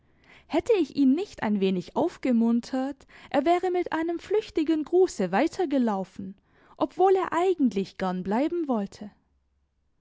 hätte ich ihn nicht ein wenig aufgemuntert er wäre mit einem flüchtigen gruße weitergelaufen obwohl er eigentlich gern bleiben wollte